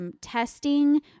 testing